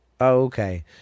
Okay